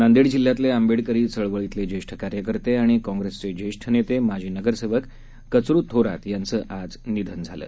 नांदेड जिल्ह्यातले आंबेडकरी चळवळीतले ज्येष्ठ कार्यकर्ते आणि काँग्रेसचे जेष्ठ नेते माजी नगरसेवक कचरू थोरात यांच आज निधन झालं